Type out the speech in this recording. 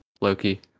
Loki